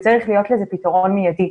וצריך להיות לזה פתרון מיידי,